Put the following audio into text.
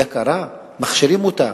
יקרה, מכשירים אותה,